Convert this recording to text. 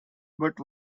but